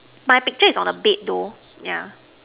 my picture is on the bed though yeah